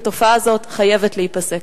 התופעה הזאת חייבת להיפסק.